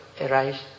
arise